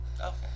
Okay